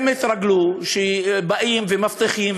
הם התרגלו שבאים ומבטיחים,